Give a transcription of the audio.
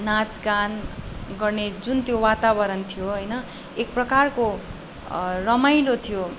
नाच गान गर्ने जुन त्यो वातावरण थियो होइन एक प्रकारको रमाइलो थियो